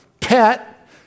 pet